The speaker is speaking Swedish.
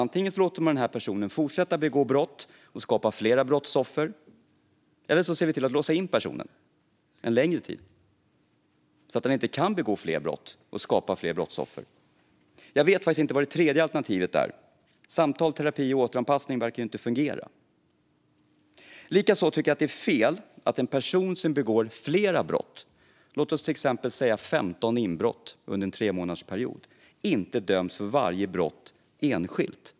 Antingen låter man den här personen fortsätta begå brott och skapa fler brottsoffer, eller så ser man till att låsa in personen en längre tid, så att den inte kan begå fler brott och skapa fler brottsoffer. Jag vet faktiskt inte vad det tredje alternativet skulle vara. Samtal, terapi och återanpassning verkar ju inte fungera. Likaså tycker jag att det är fel att en person som begår flera brott, till exempel 15 inbrott under en tremånadersperiod, inte döms för varje brott enskilt.